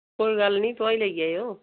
कोई गल्ल निं धोआई लेई जाएओ